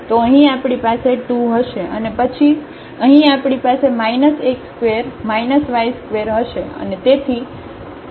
તો અહીં આપણી પાસે 2 હશે પછી અહીં આપણી પાસે x ² y ² હશે